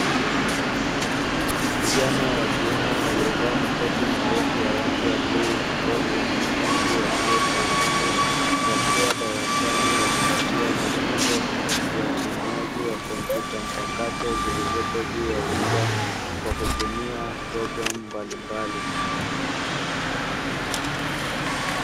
Vijana wa kiume waliovaa makoti marefu ya rangi ya bluu ambao ni wanafunzi wa chuo cha ufundi wakiwa darasani wakipatiwa mafunzo ya utumiaji wa kompyuta mpakato zilizopo juu ya meza kwa kutumia programu mbalimbali.